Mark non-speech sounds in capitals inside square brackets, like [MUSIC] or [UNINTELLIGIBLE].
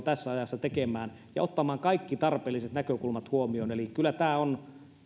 [UNINTELLIGIBLE] tässä ajassa tekemään ja ottamaan kaikki tarpeelliset näkökulmat huomioon eli kyllä tämä on